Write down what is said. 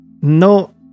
No